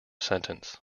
sentence